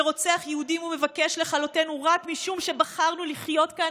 שרוצח יהודים ומבקש לכלותינו רק משום שבחרנו לחיות כאן,